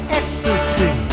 ecstasy